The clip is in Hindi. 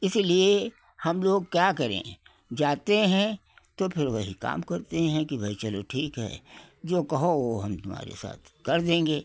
इसलिए हम लोग क्या करें जाते हैं तो फिर वही काम करते हैं कि भाई चलो ठीक है जो कहो वो हम तुम्हारे साथ कर देंगे